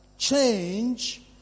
Change